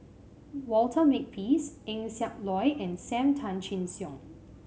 Walter Makepeace Eng Siak Loy and Sam Tan Chin Siong